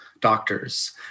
doctors